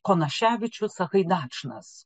konaševičius sagaidačnas